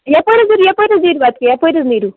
یَپٲرۍ حظ نیٖرزیو یَپٲرۍ حظ نیٖرِو وَتہِ کِنۍ یَپٲرۍ حظ نیٖرِو